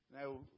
Now